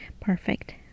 perfect